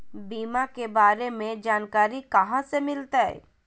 बीमा के बारे में जानकारी कहा से मिलते?